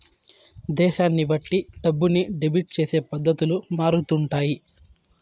దేశాన్ని బట్టి డబ్బుని డెబిట్ చేసే పద్ధతులు మారుతుంటాయి